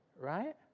right